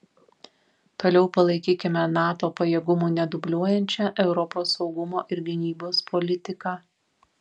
toliau palaikykime nato pajėgumų nedubliuojančią europos saugumo ir gynybos politiką